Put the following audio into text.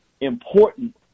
important